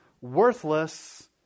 worthless